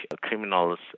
criminals